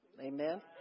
amen